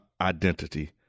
identity